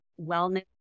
Wellness